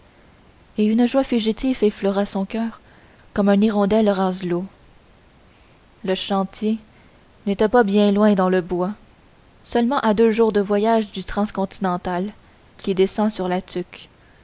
et une joie fugitive effleura son coeur comme une hirondelle rase l'eau le chantier n'était pas bien loin dans le bois seulement à deux jours de voyage du transcontinental qui descend sur la tuque